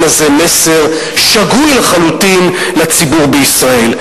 הזה מסר שגוי לחלוטין לציבור בישראל.